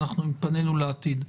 אנחנו עם פנינו לעתיד.